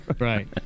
Right